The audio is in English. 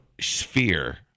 sphere